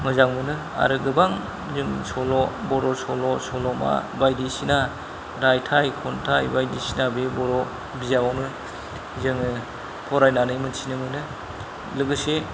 मोजां मोनो आरो गोबां जों सल' बर' सल' सल'मा बायदिसिना रायथाय खन्थाइ बायदिसिना बे बर' बिजाबावनो जोङो फरायनानै मिन्थिनो मोनो लोगोसे